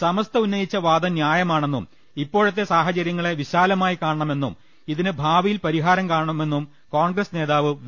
സമസ്ത ഉന്നയിച്ച വാദം ന്യായമാണെന്നും ഇപ്പോഴത്തെ സാഹ ചര്യങ്ങളെ വിശാലമായി കാണണമെന്നും ഇതിന് ഭാവിയിൽ പരി ഹാരം കാണുമെന്നും കോൺഗ്രസ് നേതാവ് വി